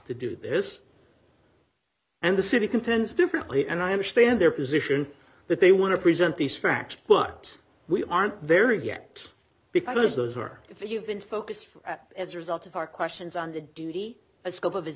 to do this and the city contends differently and i understand their position that they want to present these facts but we aren't very get because those are if you've been focused as a result of our questions on the duty a scope of his